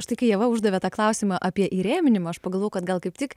štai kai ieva uždavė tą klausimą apie įrėminimą aš pagalvojau kad gal kaip tik